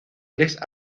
tres